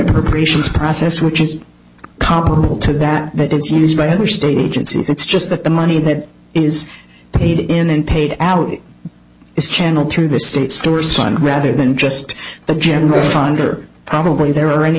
appropriations process which is comparable to that that is used by other state agencies it's just that the money that is paid in and paid out is channeled through the state stores ton rather than just the general condor probably there are any